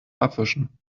abwischen